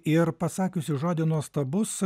ir pasakiusi žodį nuostabus